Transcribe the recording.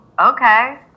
okay